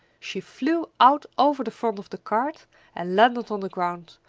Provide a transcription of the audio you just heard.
she flew out over the front of the cart and landed on the ground,